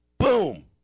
Boom